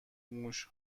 موش